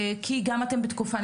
כי גם אתם בתקופה,